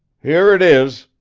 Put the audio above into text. here it is,